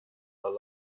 their